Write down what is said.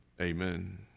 Amen